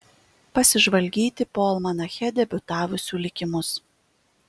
pasižvalgyti po almanache debiutavusių likimus